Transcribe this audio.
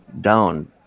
down